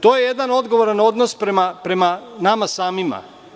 To je jedan odgovoran odnos prema nama samima.